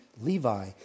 Levi